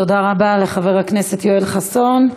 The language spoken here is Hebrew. תודה רבה לחבר הכנסת יואל חסון.